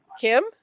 Kim